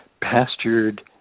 pastured